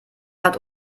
hat